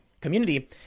community